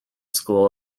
school